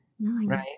right